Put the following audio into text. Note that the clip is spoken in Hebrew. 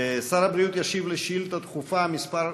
שר הבריאות ישיב על שאילתה דחופה מס'